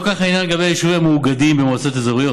לא כך העניין לגבי היישובים המאוגדים במועצות אזוריות.